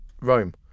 Rome